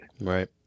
Right